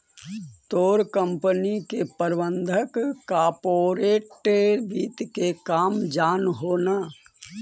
तोर कंपनी के प्रबंधक कॉर्पोरेट वित्त के काम जान हो न